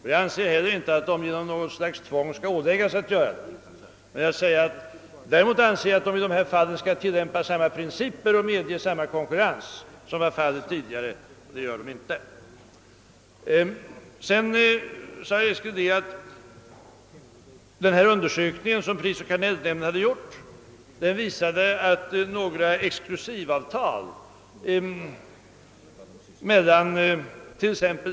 De skall inte heller åläggas att göra det, men jag anser att bolagen i sådana här fall skall inordnas under samma principer och få utstå samma konkurrens som de skulle få göra enligt den statliga upphandlingsförordningen. Men så är inte fallet. Herr Eskel sade sedan att den undersökning som prisoch kartellnämnden gjort visade, att några exklusivavtal mellan i.ex.